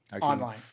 online